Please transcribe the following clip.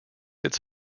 its